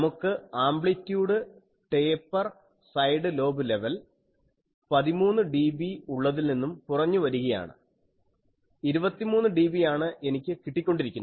നമുക്ക് amplitude taper side lobe level 13dB ഉള്ളതിൽ നിന്നും കുറഞ്ഞുവരികയാണ് 23dB ആണ് എനിക്ക് കിട്ടിക്കൊണ്ടിരിക്കുന്നത്